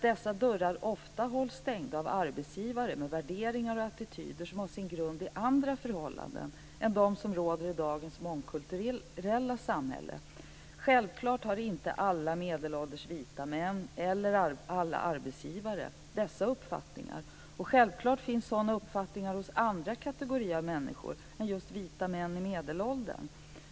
Dessa dörrar hålls ofta stängda av arbetsgivare med värderingar och attityder som har sin grund i andra förhållanden än de som råder i dagens mångkulturella samhälle. Självklart har inte alla medelålders vita män - eller alla arbetsgivare - dessa uppfattningar, och självklart finns sådana uppfattningar hos andra kategorier av människor än just vita män i medelåldern.